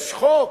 יש חוק,